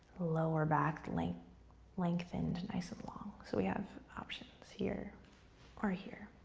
lower back like lengthened nice and long. so we have options, here or here.